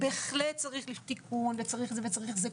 בהחלט צריך תיקון, וצריך זה, וצריך זה.